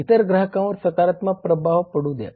इतर ग्राहकांवर सकारात्मक प्रभाव पडू द्या